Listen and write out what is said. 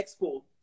expo